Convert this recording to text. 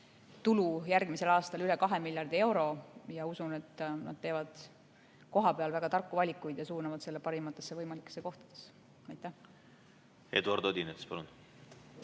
tulu järgmisel aastal üle 2 miljardi euro. Usun, et nad teevad kohapeal väga tarku valikuid ja suunavad selle raha parimatesse võimalikesse kohtadesse. Eduard Odinets, palun!